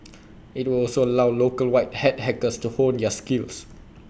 IT would also allow local white hat hackers to hone their skills